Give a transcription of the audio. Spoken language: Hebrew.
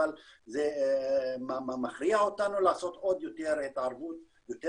אבל זה מכריח אותנו לעשות עוד יותר התערבות יותר